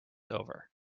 over